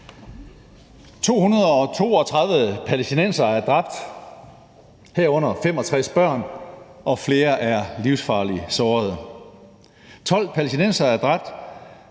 232 palæstinensere er dræbt, heraf 65 børn, flere er livsfarligt sårede, og 12 israelerne er dræbt,